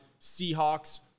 Seahawks